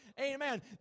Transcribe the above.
amen